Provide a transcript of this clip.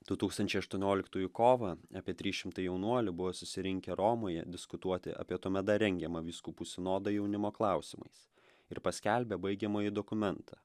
du tūkstančiai aštuonioliktųjų kovą apie trys šimtai jaunuolių buvo susirinkę romoje diskutuoti apie tuomet dar rengiamą vyskupų sinodą jaunimo klausimais ir paskelbė baigiamąjį dokumentą